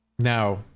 Now